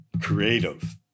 creative